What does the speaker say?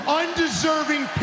undeserving